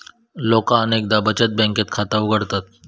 लोका अनेकदा बचत बँकेत खाता उघडतत